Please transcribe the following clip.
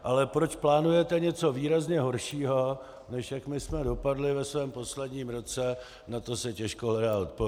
Ale proč plánujete něco výrazně horšího, než jak my jsme dopadli ve svém posledním roce, na to se těžko hledá odpověď.